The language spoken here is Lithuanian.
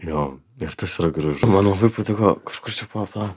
jo ir tas yra gražu man labai patiko kažkur čia pala pala